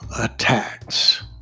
attacks